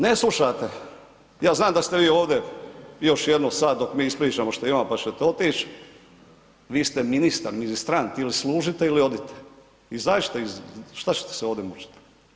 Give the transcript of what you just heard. Ne slušate, ja znam da ste vi ovdje još jedno sat dok mi ispričamo što imamo pa čete otići, vi ste ministar, ministrant ili služite ili odite, izađite iz, šta ćete se ovdje mučiti.